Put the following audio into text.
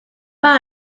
pas